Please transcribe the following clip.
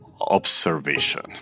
observation